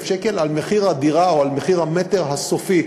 שקל על מחיר הדירה או על מחיר המטר הסופי.